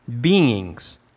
beings